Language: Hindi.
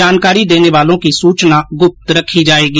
जानकारी देने वालों की सूचना गुप्त रखी जाएगी